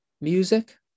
Music